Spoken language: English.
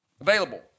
Available